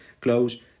close